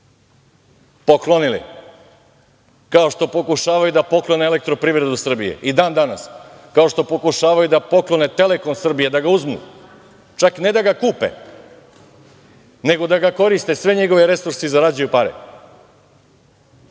Poklonili, kao što pokušavaju da poklone Elektroprivredu Srbije, i dan danas kao što pokušavaju da poklone Telekom Srbiju, čak ne da ga kupe, nego da ga koriste sve njegove resurse, zarađuju pare,